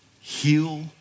heal